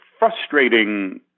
Frustrating